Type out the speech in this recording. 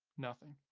nothing.